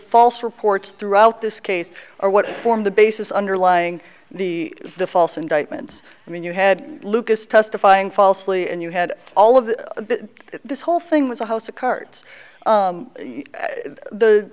false reports throughout this case are what formed the basis underlying the the false indictments i mean you had lucas testifying falsely and you had all of that this whole thing was a house of cards